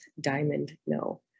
diamond.no